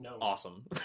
awesome